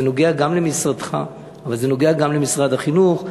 זה נוגע גם למשרדך, אבל זה נוגע גם למשרד החינוך.